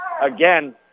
Again